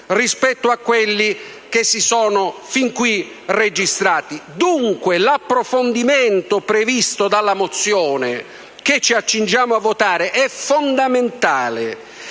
rispetto a quelli che si sono fin qui registrati. Dunque, l'approfondimento previsto dalla mozione che ci accingiamo a votare è fondamentale